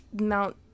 Mount